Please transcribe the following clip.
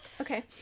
Okay